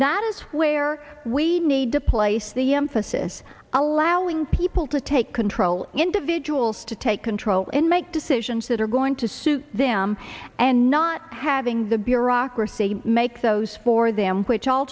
is where we need to place the emphasis allowing people to take control individuals to take control and make decisions that are going to suit them and not having the bureaucracy make those for them which all